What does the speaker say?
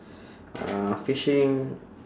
uh fishing